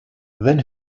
then